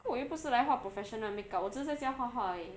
我又不是来画 professional 的 make up 我只是在家画画而已